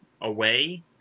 away